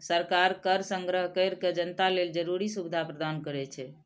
सरकार कर संग्रह कैर के जनता लेल जरूरी सुविधा प्रदान करै छै